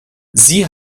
sie